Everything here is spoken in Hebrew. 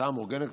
בהסעה מאורגנת,